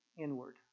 inward